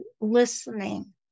listening